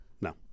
No